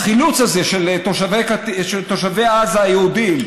החילוץ הזה של תושבי עזה היהודים,